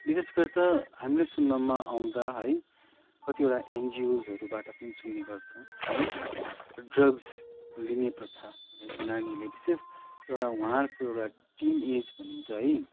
विशेष गरि त हामीले सुन्नुमा आउँदा है कतिवटा एनजिओसहरूबाट पनि सुन्ने गर्छौँ है ड्रग्स लिने प्रथा है नानीले विशेष एउटा उहाँहरूको एउटा टिन एज भनिन्छ है